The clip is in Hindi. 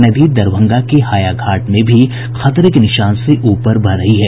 नदी दरभंगा के हायाघाट में भी खतरे के निशान से ऊपर बह रही हैं